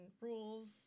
rules